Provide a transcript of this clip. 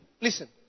listen